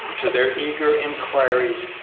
to their eager inquiries,